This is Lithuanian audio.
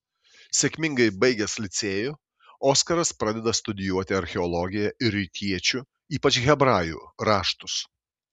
sėkmingai baigęs licėjų oskaras pradeda studijuoti archeologiją ir rytiečių ypač hebrajų raštus